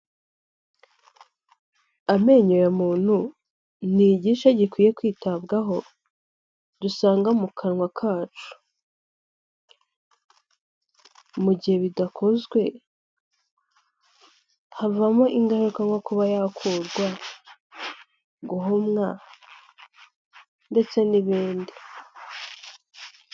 Amenyo ya muntu, ni igice gikwiye kwitabwaho, dusanga mu kanwa kacu, mu gihe bidakozwe, havamo ingaruka nko kuba yakurwa, guhumwa ndetse n'ibindi.